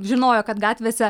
žinojo kad gatvėse